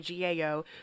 GAO